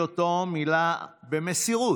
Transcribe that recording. בנויה על לומדי התורה.